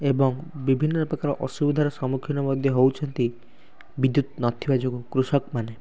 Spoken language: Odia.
ଏବଂ ବିଭିନ୍ନ ପ୍ରକାର ଅସୁବିଧାର ସମ୍ମୁଖୀନ ମଧ୍ୟ ହଉଛନ୍ତି ବିଦ୍ୟୁତ୍ ନ ଥିବା ଯୋଗୁ କୃଷକମାନେ